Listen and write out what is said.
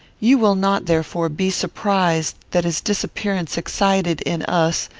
you will not, therefore, be surprised that his disappearance excited, in us,